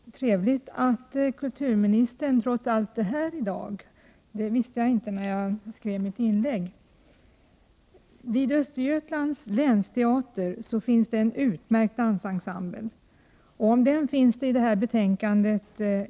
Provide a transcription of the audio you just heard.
Herr talman! Det är trevligt att kulturministern trots allt är här i dag. Det visste jag inte när jag skrev mitt inlägg. Det finns en utmärkt dansensemble vid Östergötlands länsteater, och det finns en motion, 1988/89:Kr326, som handlar om denna och som är fogad till betänkandet.